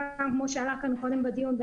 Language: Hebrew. כמו שעלה כאן קודם בדיון,